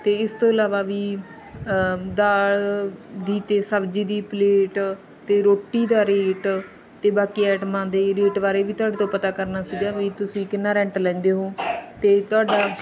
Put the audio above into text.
ਅਤੇ ਇਸ ਤੋਂ ਇਲਾਵਾ ਵੀ ਦਾਲ ਦੀ ਅਤੇ ਸਬਜ਼ੀ ਦੀ ਪਲੇਟ ਅਤੇ ਰੋਟੀ ਦਾ ਰੇਟ ਅਤੇ ਬਾਕੀ ਐਟਮਾਂ ਦੇ ਰੇਟ ਬਾਰੇ ਵੀ ਤੁਹਾਡੇ ਤੋਂ ਪਤਾ ਕਰਨਾ ਸੀਗਾ ਵੀ ਤੁਸੀਂ ਕਿੰਨਾ ਰੈਂਟ ਲੈਂਦੇ ਹੋ ਅਤੇ ਤੁਹਾਡਾ